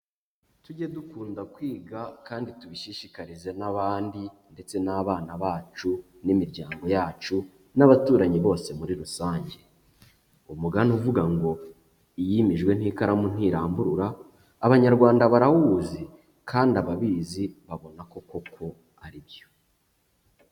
Tujye dukunda kwiga kandi tubishishikarize n'abandi ndetse n'abana bacu n'imiryango yacu n'abaturanyi bose muri rusange, umugani uvuga ngo: iyimijwe n'ikaramu ntiramburura, Abanyarwanda barawuzi kandi ababizi babona koko ko aribyo.